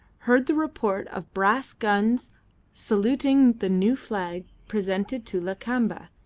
heard the report of brass guns saluting the new flag presented to lakamba,